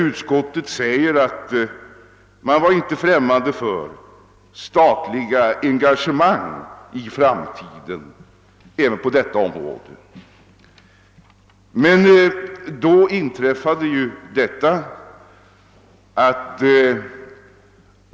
Utskottet sade sig inte vara främmande för statliga engagemang i framtiden även på detta område.